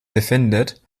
befindet